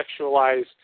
sexualized